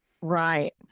Right